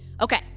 Okay